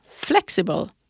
flexible